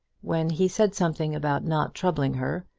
when he said something about not troubling her,